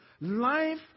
Life